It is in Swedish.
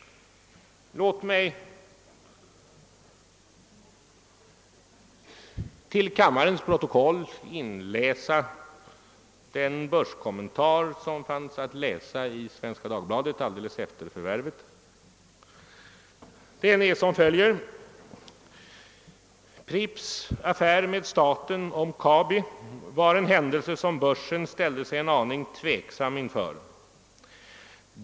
Låt mig till kammarens protokoll inläsa den börskommentar som fanns att läsa i Svenska Dagbladet omedelbart efter förvärvet. Den lyder: »Pripps affär med staten om Kabi var en händelse som börsen ställde sig en aning tveksam inför.